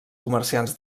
comerciants